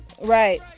Right